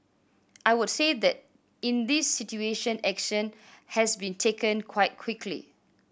I would say that in this situation action has been taken quite quickly